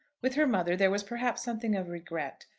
with her mother there was perhaps something of regret.